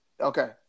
Okay